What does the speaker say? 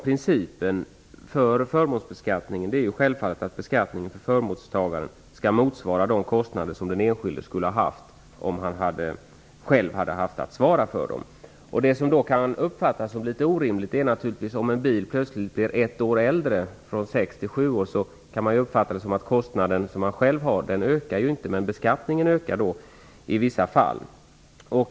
Principen för förmånsbeskattningen skall självfallet vara att skatten skall motsvara de kostnader som den enskilde förmånstagaren skulle ha haft om han eller hon själv hade fått svara för dem. Det som kan uppfattas som litet orimligt är naturligtvis att kostnaden när bilen blir äldre, från sex till sju år, inte ökar men skatten ökar i vissa fall.